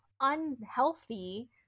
unhealthy